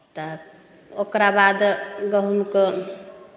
तब ओकरा बाद गहूॅंमके